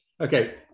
Okay